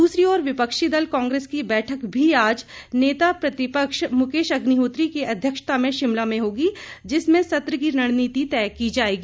द्रसरी ओर विपक्षी दल कांग्रेस की बैठक भी आज नेता प्रतिपक्ष मुकेश अग्निहोत्री की अध्यक्षता में शिमला में होगी जिसमें सत्र की रणनीति तय की जाएगी